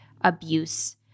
abuse